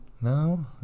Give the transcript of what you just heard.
No